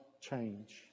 change